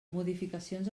modificacions